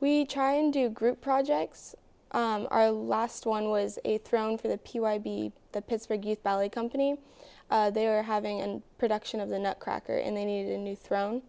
we try and do group projects our last one was a throne for the b the pittsburgh youth ballet company they were having and production of the nutcracker and they needed a new thro